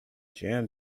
jam